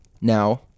Now